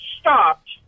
stopped